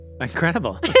Incredible